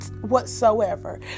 whatsoever